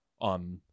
on